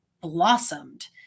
blossomed